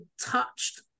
touched